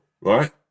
right